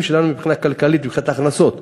מבחינה כלכלית, מבחינת הכנסות.